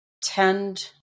tend